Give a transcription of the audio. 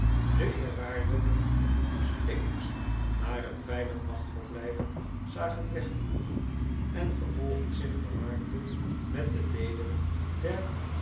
den eerwaarden stiggins naar een veilig nachtverblijf zag wegvoeren en vervolgens zich vermaakte met de leden der